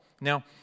Now